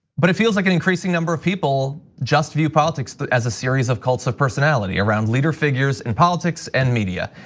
but it feels like an increasing number of people just view politics as a series of cults of personality around leader figures in politics and media.